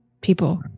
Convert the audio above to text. people